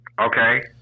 okay